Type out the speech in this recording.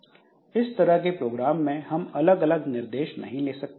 इस तरह के प्रोग्राम में हम अलग अलग निर्देश नहीं ले सकते